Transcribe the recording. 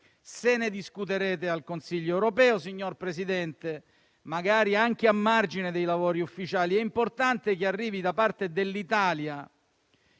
Se ne discuterete al Consiglio europeo, signor Presidente, magari anche a margine dei lavori ufficiali, è importante che arrivi da parte dell'Italia,